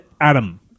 Adam